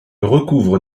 recouvre